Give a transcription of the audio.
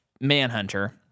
Manhunter